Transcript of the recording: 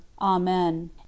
Amen